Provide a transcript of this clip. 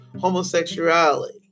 homosexuality